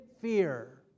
fear